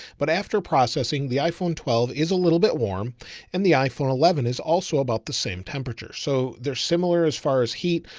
but after processing the iphone, twelve is a little bit warm and the iphone eleven is also about the same temperature. so they're similar as far as heat.